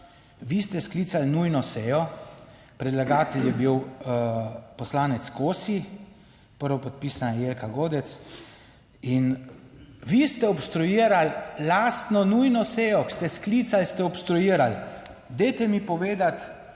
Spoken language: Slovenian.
vi ste sklicali nujno sejo, predlagatelj je bil poslanec Kosi, prvopodpisana Jelka Godec, in vi ste obstruirali lastno nujno sejo, ko ste sklicali, ste obstruirali. Dajte mi povedati,